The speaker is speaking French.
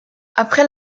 après